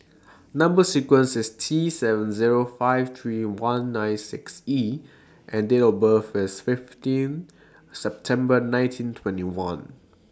Number sequence IS T seven Zero five three one nine six E and Date of birth IS fifteen September nineteen twenty one